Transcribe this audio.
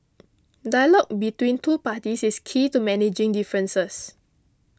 dialogue between two parties is key to managing differences